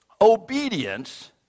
Obedience